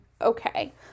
okay